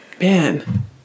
Man